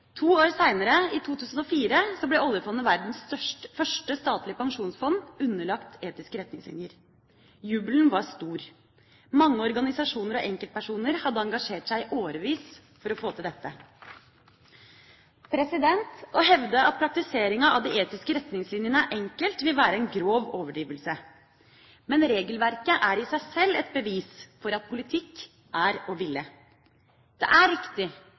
To år seinere, i 2004, ble oljefondet, verdens første statlige pensjonsfond, underlagt etiske retningslinjer. Jubelen var stor. Mange organisasjoner og enkeltpersoner hadde engasjert seg i årevis for å få til dette. Å hevde at praktisering av de etiske retningslinjene er enkelt, vil være en grov overdrivelse. Men regelverket er i seg sjøl et bevis på at politikk er å ville. Det er riktig